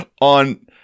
on